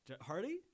Hardy